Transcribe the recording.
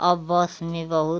अब बस में बहुत